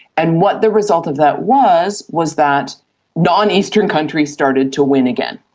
and what the result of that was was that non-eastern countries started to win again.